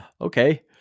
Okay